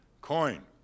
coin